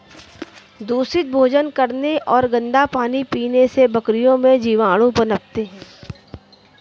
दूषित भोजन करने और गंदा पानी पीने से बकरियों में जीवाणु पनपते हैं